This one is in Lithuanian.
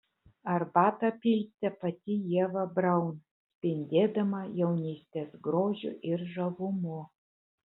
arbatą pilstė pati ieva braun spindėdama jaunystės grožiu ir žavumu